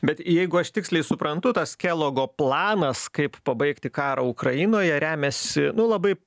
bet jeigu aš tiksliai suprantu tas kelogo planas kaip pabaigti karą ukrainoje remiasi nu labai